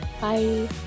bye